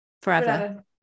forever